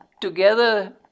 together